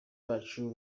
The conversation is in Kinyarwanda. bacu